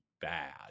bad